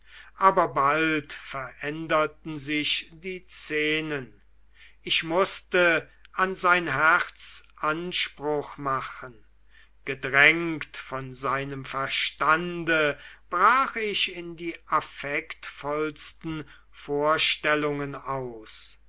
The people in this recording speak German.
aber bald veränderten sich die szenen ich mußte an sein herz anspruch machen gedrängt von seinem verstande brach ich in die affektvollsten vorstellungen aus